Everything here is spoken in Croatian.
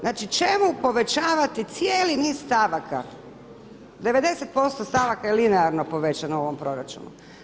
Znači, čemu povećavati cijeli niz stavaka 90% stavaka je linearno povećano u ovom proračunu.